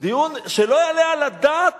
דיון שלא יעלה על הדעת